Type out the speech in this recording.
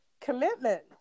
commitment